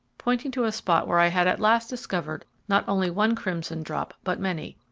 pointing to a spot where i had at last discovered not only one crimson drop but many,